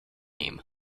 game